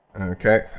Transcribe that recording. Okay